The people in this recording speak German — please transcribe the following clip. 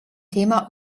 thema